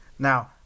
Now